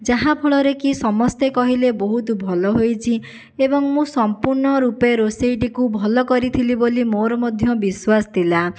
ଯାହାଫଳରେକି ସମସ୍ତେ କହିଲେ ବହୁତ ଭଲ ହୋଇଛି ଏବଂ ମୁଁ ସମ୍ପୂର୍ଣ ରୂପେ ରୋଷେଇଟିକୁ ଭଲ କରିଥିଲି ବୋଲି ମୋର ମଧ୍ୟ ବିଶ୍ୱାସ ଥିଲା